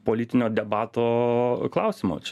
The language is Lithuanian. politinio debato klausimo čia